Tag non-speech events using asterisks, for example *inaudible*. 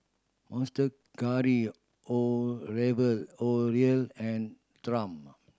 Monster Curry *unintelligible* and Triumph